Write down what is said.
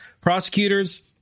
prosecutors